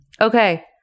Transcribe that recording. Okay